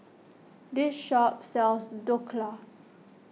this shop sells Dhokla